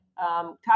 top